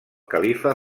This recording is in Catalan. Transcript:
califa